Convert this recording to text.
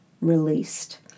released